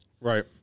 Right